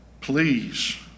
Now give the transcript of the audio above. Please